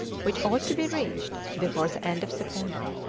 which ought to be reached before the end of september.